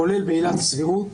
כולל בעילת הסבירות.